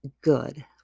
good